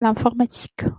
l’informatique